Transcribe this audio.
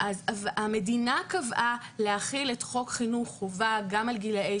המדינה קבעה להחיל את חוק חינוך חובה גם על גילאי